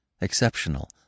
Exceptional